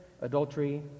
adultery